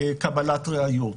קבלת ראיות.